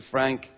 Frank